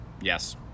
Yes